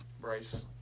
Bryce